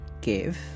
give